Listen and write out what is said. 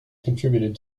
contributed